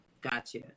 Gotcha